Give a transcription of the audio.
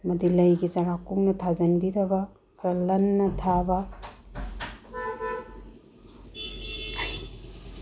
ꯑꯃꯗꯤ ꯂꯩꯒꯤ ꯆꯥꯔꯥ ꯀꯨꯡꯅ ꯊꯥꯖꯤꯟꯕꯤꯗꯕ ꯈꯔ ꯂꯟꯅ ꯊꯥꯕ